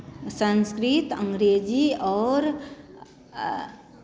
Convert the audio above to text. संस्कृत अंग्रेजी और